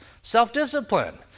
self-discipline